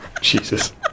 Jesus